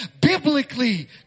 biblically